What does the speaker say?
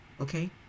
okay